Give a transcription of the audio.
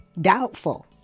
Doubtful